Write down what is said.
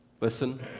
Listen